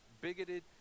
bigoted